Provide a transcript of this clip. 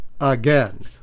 again